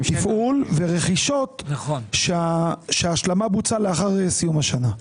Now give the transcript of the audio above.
תפעול ורכישות שההשלמה בוצעה לאחר סיום השנה.